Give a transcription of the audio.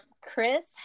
Chris